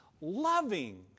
loving